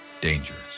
Dangerous